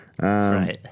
right